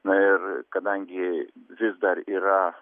na ir kadangi vis dar yra